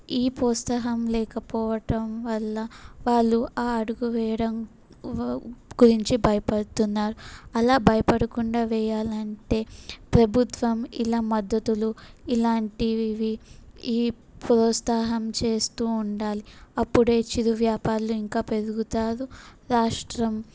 ఈ ప్రోత్సాహం లేకపోవటం వల్ల వాళ్ళు ఆ అడుగు వేయడం వా గురించి భయపడుతున్నారు అలా భయపడకుండా వేయాలంటే ప్రభుత్వం ఇలా మద్దతులు ఇలాంటివి ఇవి ఈ ప్రోత్సాహం చేస్తు ఉండాలి అప్పుడు చిరు వ్యాపారులు ఇంకా పెరుగుతారు రాష్ట్రం